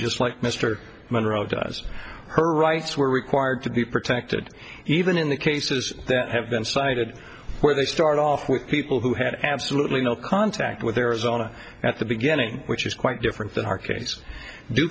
just like mr monroe does her rights were required to be protected even in the cases that have been cited where they start off with people who had absolutely no contact with arizona at the beginning which is quite different than our case due